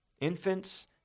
Infants